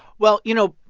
well, you know,